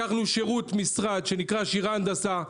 לקחנו שירות משרד שנקרא "שירה הנדסה",